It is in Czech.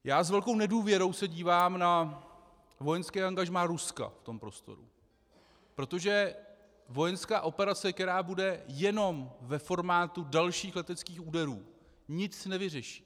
S velkou nedůvěrou se dívám na vojenské angažmá Ruska v tom prostoru, protože vojenská operace, která bude jenom ve formátu dalších leteckých úderů, nic nevyřeší.